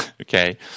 okay